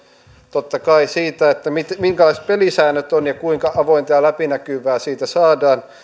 totta kai siitä minkälaiset pelisäännöt ovat ja kuinka avointa ja läpinäkyvää siitä saadaan